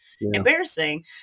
embarrassing